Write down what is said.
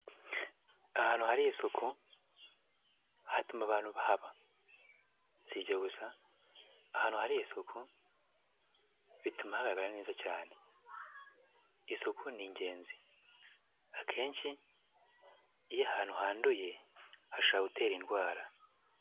Ahantu hari isuku hatuma abantu bahaba, si ibyo gusa ahantu hari isuku bituma hagaragara neza cyane, isuku ni ingenzi akenshi iyo ahantu handuye hashoborawe gutera indwara.